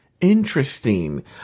interesting